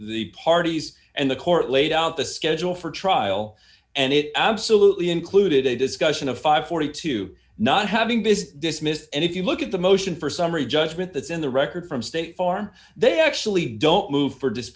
the parties and the court laid out the schedule for trial and it absolutely included a discussion of five four forty two not having this dismissed and if you look at the motion for summary judgment that's in the record from state farm they actually don't move for